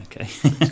Okay